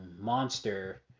monster